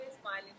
smiling